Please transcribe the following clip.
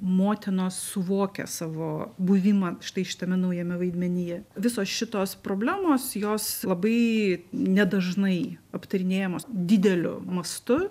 motinos suvokia savo buvimą štai šitame naujame vaidmenyje visos šitos problemos jos labai nedažnai aptarinėjamos dideliu mastu